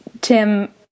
Tim